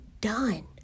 done